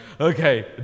okay